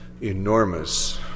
enormous